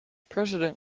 president